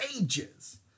ages